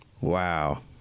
wow